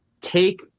take